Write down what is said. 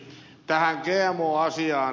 tähän gmo asiaan